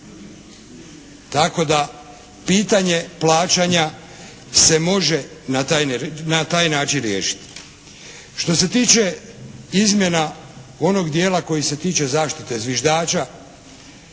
tako da pitanje plaćanja se može na taj način riješiti. Što se tiče izmjena onog dijela koji se tiče zaštite zviždača